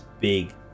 big